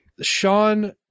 Sean